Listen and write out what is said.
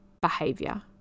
behavior